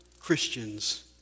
Christians